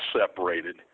separated